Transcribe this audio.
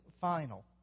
final